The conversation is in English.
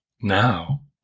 now